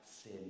sin